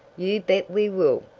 you bet we will,